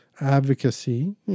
advocacy